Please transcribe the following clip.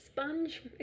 Sponge